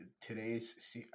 today's